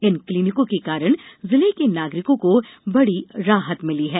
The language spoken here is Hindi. इन क्लिनिकों के कारण जिले के नागरिकों को बड़ी राहत मिली है